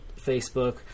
Facebook